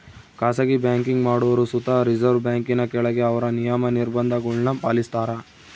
ಖಾಸಗಿ ಬ್ಯಾಂಕಿಂಗ್ ಮಾಡೋರು ಸುತ ರಿಸರ್ವ್ ಬ್ಯಾಂಕಿನ ಕೆಳಗ ಅವ್ರ ನಿಯಮ, ನಿರ್ಭಂಧಗುಳ್ನ ಪಾಲಿಸ್ತಾರ